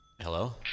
Hello